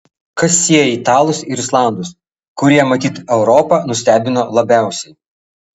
kas sieja italus ir islandus kurie matyt europą nustebino labiausiai